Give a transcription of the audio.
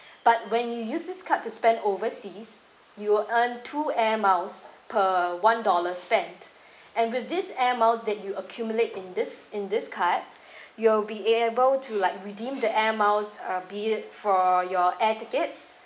but when you use this card to spend overseas you will earn two air miles per one dollars spent and with this air miles that you accumulate in this in this card you'll be able to like redeemed the air miles uh be it for your air ticket